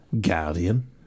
Guardian